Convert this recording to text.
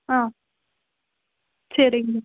ஆ சரிங்க